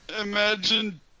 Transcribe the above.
imagine